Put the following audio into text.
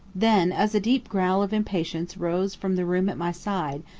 then as a deep growl of impatience rose from the room at my side,